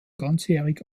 ganzjährig